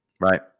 right